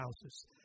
houses